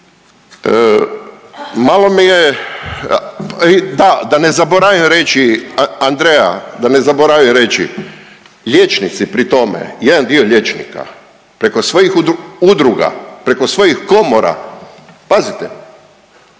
Malo mi je i da, da ne zaboravim reći Andreja da ne zaboravim reći, liječnici pri tome, jedan dio liječnika preko svojih udruga, preko svojih komora pazite